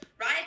right